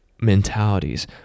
mentalities